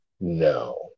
No